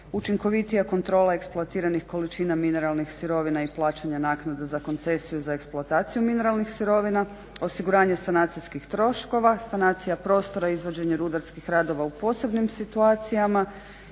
učinkovitija kontrola eksploatiranih količina mineralnih sirovina i plaćanja naknada za koncesiju za eksploataciju mineralnih sirovina, osiguranje sanacijskih troškova, sanacija prostora, izvođenje rudarskih radova u posebnim situacijama